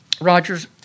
Roger's